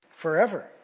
forever